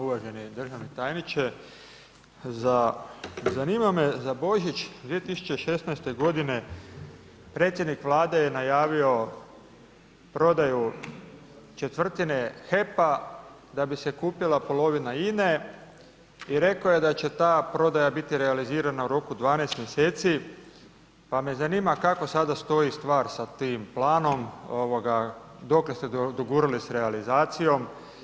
Uvaženi državni tajniče, zanima me za Božić 2016. g. predsjednik Vlade je najavio prodaju 1/4 HEP-a da bi se kupila polovina INA-e i rekao je da će ta prodaja biti realizirana u roku 12 mjeseci pa me zanima kako sada stoji stvar sa tim planom, dokle ste dogurali sa realizacijom.